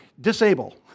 disable